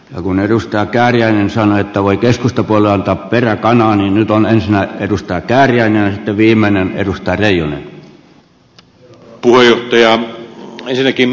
kun edustaja kääriäinen sanoi että voi keskustapuolueelle antaa peräkanaa niin nyt on ensinnä edustaja kääriäinen ja sitten viimeinen edustaja reijonen